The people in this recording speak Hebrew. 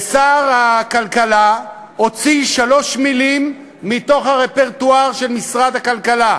ושר הכלכלה הוציא שלוש מילים מתוך הרפרטואר של משרד הכלכלה: